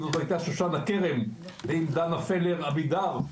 אם זו הייתה שושנה כרם ואם דנה פלר אבידר,